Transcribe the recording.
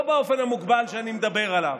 לא באופן המוגבל שאני מדבר עליו,